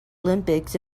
olympics